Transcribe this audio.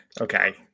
Okay